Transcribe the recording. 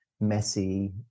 messy